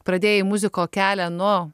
pradėjai muziko kelią nuo